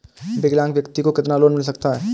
विकलांग व्यक्ति को कितना लोंन मिल सकता है?